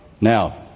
Now